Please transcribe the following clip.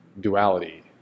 duality